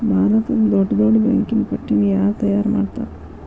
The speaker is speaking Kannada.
ಭಾರತದ್ದ್ ದೊಡ್ಡ್ ದೊಡ್ಡ್ ಬ್ಯಾಂಕಿನ್ ಪಟ್ಟಿನ ಯಾರ್ ತಯಾರ್ಮಾಡ್ತಾರ?